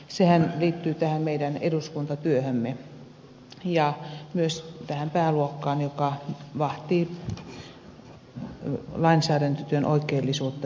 sehän liittyy meidän eduskuntatyöhömme ja myös tähän pääluokkaan joka vahtii lainsäädäntötyön oikeellisuutta ja toimintatapoja